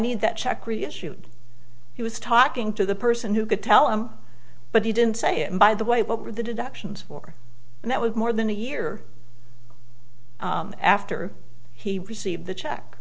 need that check reissued he was talking to the person who could tell him but he didn't say it by the way what were the deductions for and that was more than a year after he received the check